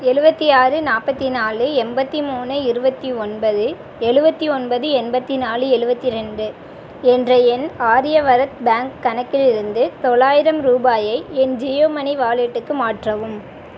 எழுபத்தி ஆறு நாற்பத்தி நாலு எண்பத்தி மூணு இருபத்தி ஒன்பது எழுபத்தி ஒன்பது எண்பத்து நாலு எழுபத்திரெண்டு என்ற என் ஆரியவரத் பேங்க் கணக்கிலிருந்து தொள்ளாயிரம் ரூபாயை என் ஜியோ மனி வாலெட்டுக்கு மாற்றவும்